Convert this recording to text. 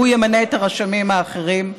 והוא ימנה את הרשמים האחרים.